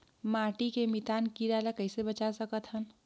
माटी के मितान कीरा ल कइसे बचाय सकत हन?